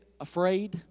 afraid